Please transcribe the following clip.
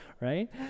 right